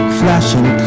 flashing